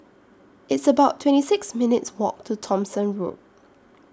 It's about twenty six minutes' Walk to Thomson Road